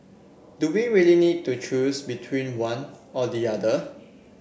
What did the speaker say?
do we really need to choose between one or the other